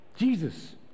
Jesus